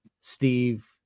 Steve